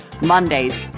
Mondays